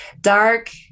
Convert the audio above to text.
dark